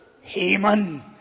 Haman